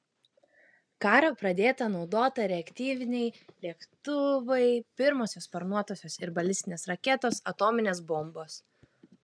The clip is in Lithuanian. karą pradėta naudota reaktyviniai lėktuvai pirmosios sparnuotosios ir balistinės raketos atominės bombos